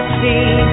see